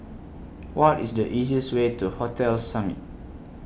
What IS The easiest Way to Hotel Summit